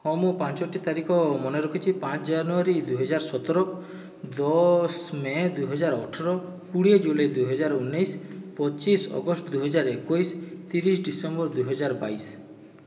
ହଁ ମୁଁ ପାଞ୍ଚୋଟି ତାରିଖ ମନେ ରଖିଛି ପାଞ୍ଚ ଜାନୁଆରୀ ଦୁଇ ହଜାର ସତର ଦଶ ମେ ଦୁଇ ହଜାର ଅଠର କୋଡ଼ିଏ ଜୁଲାଇ ଦୁଇ ହଜାର ଉଣେଇଶି ପଚିଶ ଅଗଷ୍ଟ ଦୁଇ ହଜାର ଏକୋଇଶି ତିରିଶ ଡିସେମ୍ବର ଦୁଇ ହଜାର ବାଇଶି